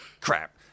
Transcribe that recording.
Crap